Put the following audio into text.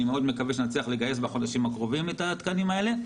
אני מאוד מקווה שנצליח לגייס בחודשים הקרובים את התקנים האלה.